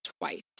Twice